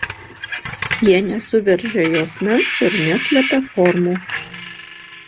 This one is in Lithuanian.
jie nesuveržia juosmens ir neslepia formų